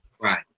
Right